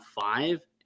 five